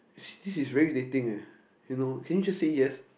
this is very irritating leh you know can you just say yes